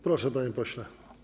Proszę, panie pośle.